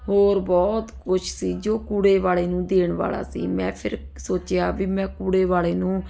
ਹੋਰ ਬਹੁਤ ਕੁਛ ਸੀ ਜੋ ਕੂੜੇ ਵਾਲੇ ਨੂੰ ਦੇਣ ਵਾਲਾ ਸੀ ਮੈਂ ਫਿਰ ਸੋਚਿਆ ਵੀ ਮੈਂ ਕੂੜੇ ਵਾਲੇ ਨੂੰ